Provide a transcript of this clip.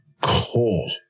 cool